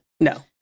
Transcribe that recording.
No